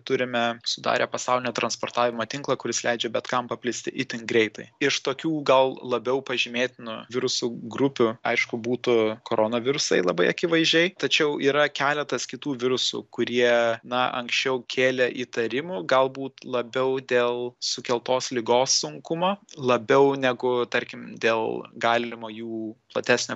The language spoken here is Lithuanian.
turime sudarę pasaulinę transpartavimo tinklą kuris leidžia bet kam paplisti itin greitai iš tokių gal labiau pažymėtinų virusų grupių aišku būtų koronavirusai labai akivaizdžiai tačiau yra keletas kitų virusų kurie na anksčiau kėlė įtarimų galbūt labiau dėl sukeltos ligos sunkumo labiau negu tarkim dėl galimo jų platesnio